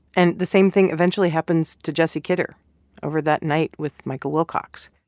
and the same thing eventually happens to jesse kidder over that night with michael wilcox